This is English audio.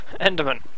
Enderman